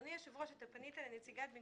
לשמירת זהותה של השכונה ולמניעת אפליה